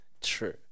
True